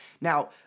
Now